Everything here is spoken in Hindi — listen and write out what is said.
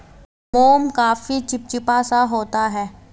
मोम काफी चिपचिपा सा होता है